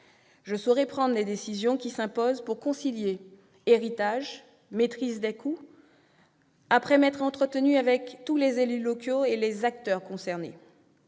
Je saurai prendre les décisions qui s'imposent pour concilier héritage et maîtrise des coûts, après m'être entretenue avec les élus locaux et les acteurs concernés.